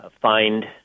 find